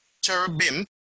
Cherubim